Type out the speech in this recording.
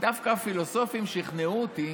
ודווקא הפילוסופים שכנעו אותי